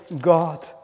God